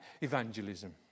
evangelism